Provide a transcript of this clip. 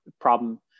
problem